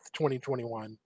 2021